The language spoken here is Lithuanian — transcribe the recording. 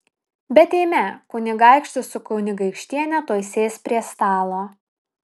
bet eime kunigaikštis su kunigaikštiene tuoj sės prie stalo